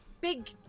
big